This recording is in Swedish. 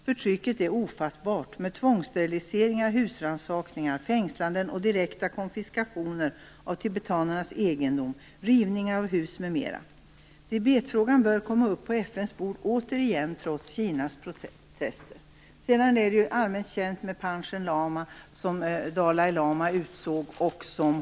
Förtrycket är ofattbart med tvångssteriliseringar, husrannsakningar, fängslanden och direkta konfiskationer av tibetanernas egendom, rivningar av hus m.m. Tibetfrågan bör återigen komma upp på FN:s bord trots Kinas protester. Det är allmänt känt vad som hände Panchen Lama som Dalai Lama utsåg.